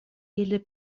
ili